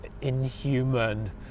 inhuman